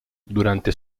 durante